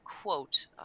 quote